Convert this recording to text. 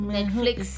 Netflix